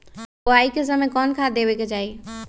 बोआई के समय कौन खाद देवे के चाही?